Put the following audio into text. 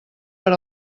per